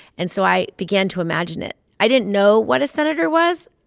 and so i began to imagine it. i didn't know what a senator was.